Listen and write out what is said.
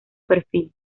perfil